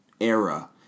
era